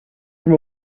from